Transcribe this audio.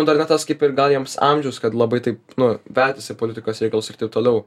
nu dar ne tas kaip ir gal jiems amžius kad labai taip nu veltis į politikos reikalus ir taip toliau